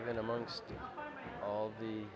even amongst all the